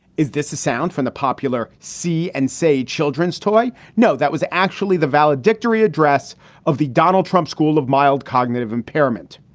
is this a sound from the popular see and say children's toy? no, that was actually the valedictory address of the donald trump school of mild cognitive impairment.